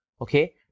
Okay